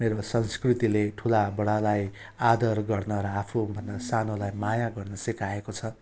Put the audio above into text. मेरो संस्कृतिले ठुलोबडालाई आदर गर्न र आफूभन्दा सानोलाई माया गर्नु सिकाएको छ